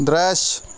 दृश्य